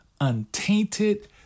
untainted